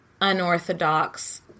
unorthodox